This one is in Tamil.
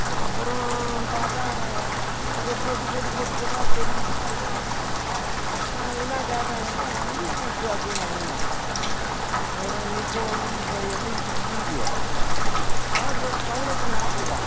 அப்புறோம் பார்த்தா அப்படியே பொட்டு பொட்டு பொட்டு பொட்டா தெரிஞ்சிச்சி அப்புறோம் ஏன்னா கேட்டானாக்கா இது பூட்ச்சி அப்படின்னானுங்க அப்பறோம் இப்ப வந்துக்குது பார் எல்இடி டிவி பா ப பதினெட்டுக்கு நாற்பது